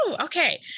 Okay